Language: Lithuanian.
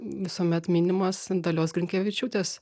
visuomet minimas dalios grinkevičiūtės